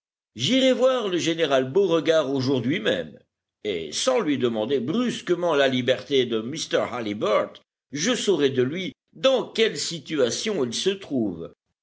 j'irai voir le général beauregard aujourd'hui même et sans lui demander brusquement la liberté de mr halliburtt je saurai de lui dans quelle situation il se trouve